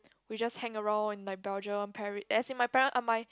we just hang around in like Belgium Paris as in my parent ah my